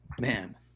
Man